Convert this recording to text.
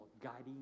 guiding